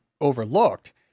overlooked